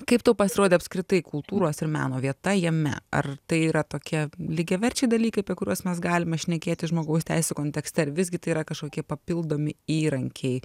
kaip tau pasirodė apskritai kultūros ir meno vieta jame ar tai yra tokie lygiaverčiai dalykai kuriuos mes galime šnekėti žmogaus teisių kontekste ar visgi tai yra kažkokie papildomi įrankiai